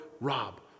Rob